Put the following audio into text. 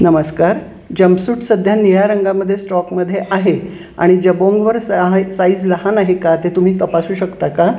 नमस्कार जमपसूट सध्या निळ्या रंगामध्ये स्टॉकमध्ये आहे आणि जबोंगवर स साईज लहान आहे का ते तुम्ही तपासू शकता का